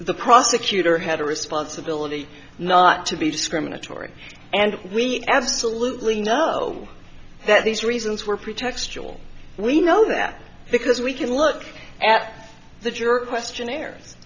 the prosecutor had a responsibility not to be discriminatory and we absolutely know that these reasons were pretextual we know that because we can look at the juror questionnaire